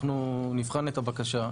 אנחנו נבחן את הבקשה.